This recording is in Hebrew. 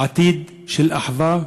עתיד של אחווה,